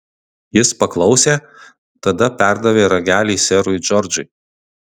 jis paklausė tada perdavė ragelį serui džordžui